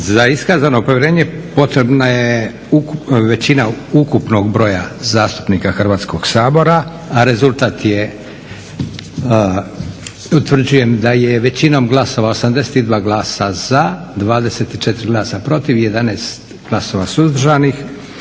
Za iskazano povjerenje potrebna je većina ukupnog broja zastupnika Hrvatskog sabora. Utvrđujem da je većinom glasova, 82 glasa za, 24 glasa protiv i 11 glasova suzdržanih